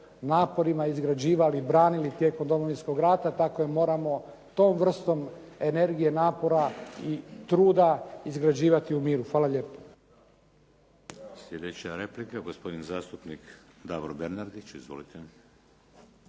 naporima izgrađivali, branili tijekom domovinskog rata, tako je moramo tom vrstom energije, napora i truda izgrađivati u miru. Hvala lijepa.